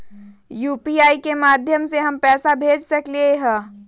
UPI के माध्यम से हम पैसा भेज सकलियै ह?